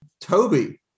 Toby